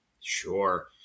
Sure